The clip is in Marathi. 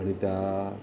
आणि त्या